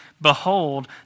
behold